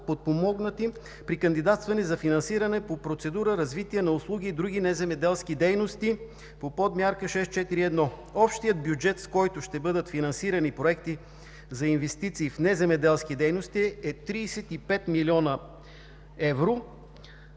подпомогнати при кандидатстване за финансиране по процедура „Развитие на услуги и други неземеделски дейности“ по подмярка 6.4.1. Общият бюджет, с който ще бъдат финансирани проекти за инвестиции в неземеделски дейности, е 35 млн. евро,